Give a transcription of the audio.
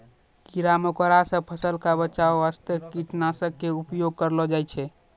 कीड़ा मकोड़ा सॅ फसल क बचाय वास्तॅ कीटनाशक के उपयोग करलो जाय छै